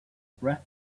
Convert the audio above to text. breath